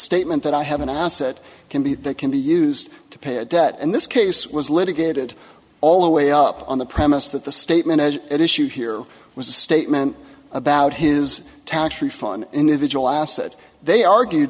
statement that i have and i said can be that can be used to pay a debt in this case was litigated all the way up on the premise that the statement as it issued here was a statement about his tax refund individual assets they argue